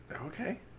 Okay